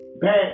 bad